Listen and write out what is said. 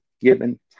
given